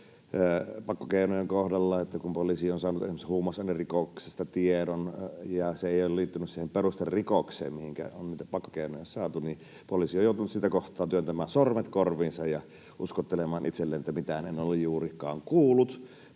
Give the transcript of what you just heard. pakkokeinojen kohdalla. Eli kun poliisi on saanut esimerkiksi huumausainerikoksesta tiedon ja se ei ole liittynyt siihen perusterikokseen, mihinkä on niitä pakkokeinoja saatu, niin poliisi on joutunut siltä kohtaa työntämään sormet korviinsa ja uskottelemaan itselleen, että mitään en ole juurikaan kuullut.